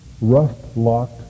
rust-locked